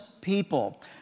people